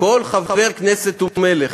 "כל חבר כנסת הוא מלך"?